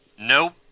Nope